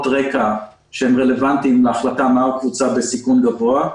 רקע שהן רלוונטיות להחלטה מה היא קבוצה בסיכון גבוה.